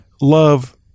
love